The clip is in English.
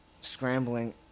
Scrambling